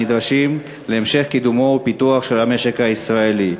הנדרשים להמשך קידומו ופיתוחו של המשק הישראלי.